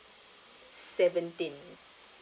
seventeen